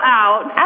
out